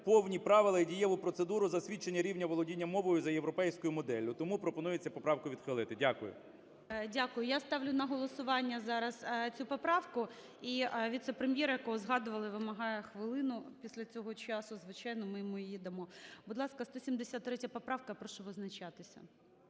повні правила і дієву процедуру засвідчення рівня володіння мовою за європейською моделлю. Тому пропонується поправку відхилити. Дякую. ГОЛОВУЮЧИЙ. Дякую. Я ставлю на голосування зараз цю поправку. І віце-прем'єр, якого згадували, вимагає хвилину після цього часу. Звичайно, ми йому її дамо. Будь ласка, 173 поправка. Я прошу визначатися.